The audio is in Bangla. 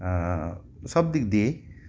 সব দিক দিয়ে